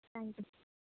thank you